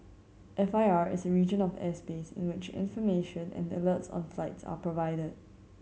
F I R is a region of airspace in which information and alerts on flights are provided